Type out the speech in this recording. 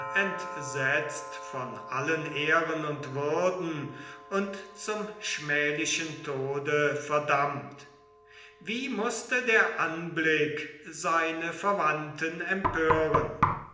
entsetzt von allen ehren und würden und zum schmählichen tode verdammt wie mußte der anblick seine verwandten empören